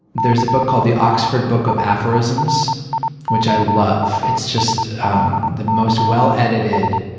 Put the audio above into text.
there's a book called the oxford book of aphorisms which i love. it's just um the most well-edited,